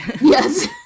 yes